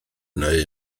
neu